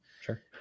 Sure